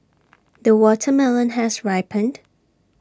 the watermelon has ripened